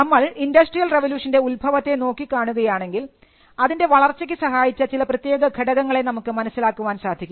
നമ്മൾ ഇൻഡസ്ട്രിയൽ റവല്യൂഷൻറെ ഉത്ഭവത്തെ നോക്കി കാണുകയാണെങ്കിൽ അതിൻറെ വളർച്ചയ്ക്ക് സഹായിച്ച ചില പ്രത്യേക ഘടകങ്ങളെ നമുക്ക് മനസ്സിലാക്കുവാൻ സാധിക്കും